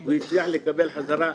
הוא הצליח לקבל חזרה.